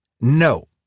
No